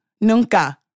Nunca